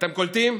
אתם קולטים?